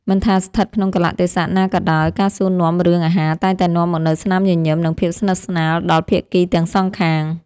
មិនថាស្ថិតក្នុងកាលៈទេសៈណាក៏ដោយការសួរនាំរឿងអាហារតែងតែនាំមកនូវស្នាមញញឹមនិងភាពស្និទ្ធស្នាលដល់ភាគីទាំងសងខាង។